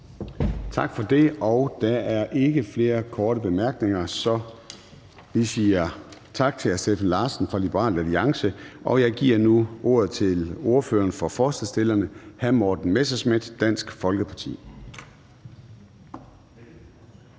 Tak for det. Og der er ikke flere korte bemærkninger, så vi siger tak til hr. Steffen Larsen fra Liberal Alliance. Jeg giver nu ordet til ordføreren for forslagsstillerne, hr. Morten Messerschmidt, Dansk Folkeparti.